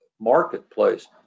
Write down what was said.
marketplace